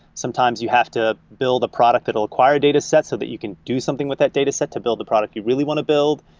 sometimes you have to build a product that will acquire datasets so that you can do something with that dataset to build the product you really want to build.